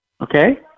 Okay